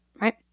Right